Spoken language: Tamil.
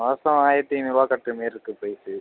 மாதம் ஆயிரத்து ஐநூறு ரூபா கட்டுற மாரி இருக்குது இப்போ இது